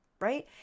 right